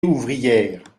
ouvrière